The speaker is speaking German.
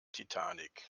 titanic